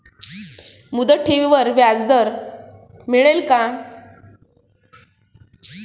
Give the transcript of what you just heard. मुदत ठेवीवर व्याज मिळेल का?